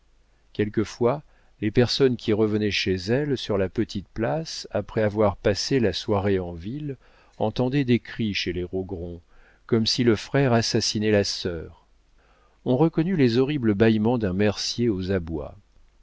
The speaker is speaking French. quelquefois les personnes qui revenaient chez elles sur la petite place après avoir passé la soirée en ville entendaient des cris chez les rogron comme si le frère assassinait la sœur on reconnut les horribles bâillements d'un mercier aux abois